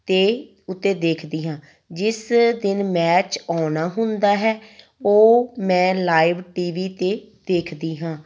'ਤੇ ਉੱਤੇ ਦੇਖਦੀ ਹਾਂ ਜਿਸ ਦਿਨ ਮੈਚ ਆਉਣਾ ਹੁੰਦਾ ਹੈ ਉਹ ਮੈਂ ਲਾਈਵ ਟੀ ਵੀ 'ਤੇ ਦੇਖਦੀ ਹਾਂ